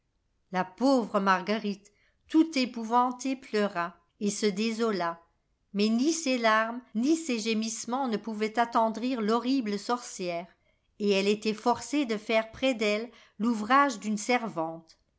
la pauvre marguerite tout épouvantée pleura l'arbre de noël et se désola mais ni ses larmes ni ses gémissements ne pouvaient attendrir l'horrible sorcière et elle était forcée de faire près d'elle l'ouvrage d'une servante